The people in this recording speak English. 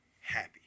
happy